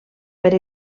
per